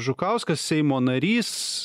žukauskas seimo narys